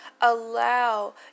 allow